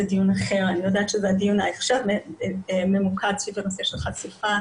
זה דיון אחר ועכשיו הדיון ממוקד סביב הנושא של חשיפה